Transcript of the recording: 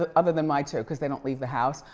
ah other than my two, cause they don't leave the house.